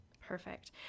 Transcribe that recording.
Perfect